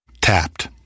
Tapped